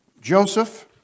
Joseph